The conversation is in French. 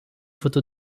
photo